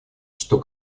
что